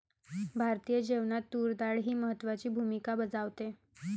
भारतीय जेवणात तूर डाळ ही महत्त्वाची भूमिका बजावते